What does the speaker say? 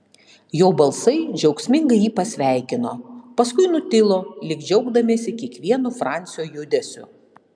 jo balsai džiaugsmingai jį pasveikino paskui nutilo lyg džiaugdamiesi kiekvienu francio judesiu